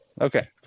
Okay